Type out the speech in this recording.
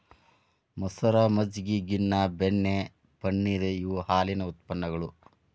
ಮಸರ, ಮಜ್ಜಗಿ, ಗಿನ್ನಾ, ಬೆಣ್ಣಿ, ಪನ್ನೇರ ಇವ ಹಾಲಿನ ಉತ್ಪನ್ನಗಳು